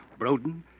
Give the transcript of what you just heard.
Broden